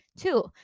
Two